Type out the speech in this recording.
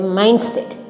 mindset